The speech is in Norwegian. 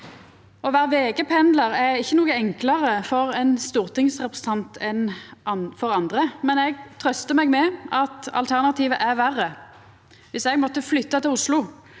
Å vera vekependlar er ikkje noko enklare for ein stortingsrepresentant enn for andre, men eg trøystar meg med at alternativet er verre. Viss eg måtte flytta til Oslo